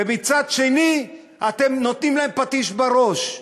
ומצד שני אתם נותנים להם פטיש בראש.